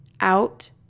Out